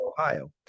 Ohio